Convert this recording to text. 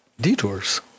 detours